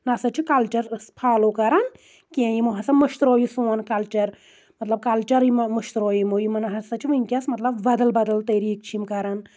ہسا چھنہٕ cultures follow کَران کینٛہہ یِمو ہسا مٔشرو یہِ سون کلچر مطلب کلچر یِمو مٔشرو یہِ یِمن ہسا چھُ وٕنکیٚس مطلب بدل بدل طریٖقہٕ چھِ یِم کَران